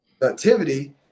productivity